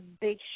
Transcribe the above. big